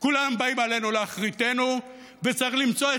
שחוקק החוק,